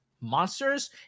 monsters